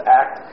act